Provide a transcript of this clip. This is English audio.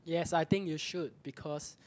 yes I think you should because